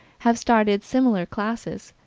have started similar classes,